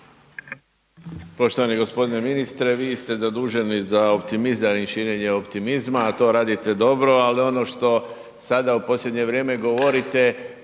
Poštovani g. ministre. Vi ste zaduženi za optimizam i širenje optimizma, a to radite dobro, ali ono što sada u posljednje vrijeme govorite